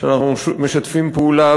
ואנחנו משתפים פעולה